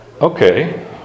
Okay